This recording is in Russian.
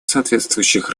соответствующих